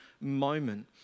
moment